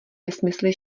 nesmysly